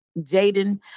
Jaden